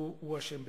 הוא אשם בזה.